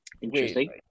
Interesting